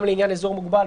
גם לעניין אזור מוגבל,